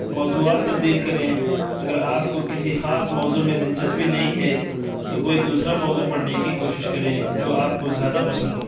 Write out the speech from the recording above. موضوعات تبدیل کریں اگر آپ کو کسی خاص موضوع میں دلچسپی نہیں ہے تو کوئی دوسرا موضوع پڑھنے کی کوشش کریں جو آپ کو زیادہ پسند ہو